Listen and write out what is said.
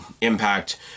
impact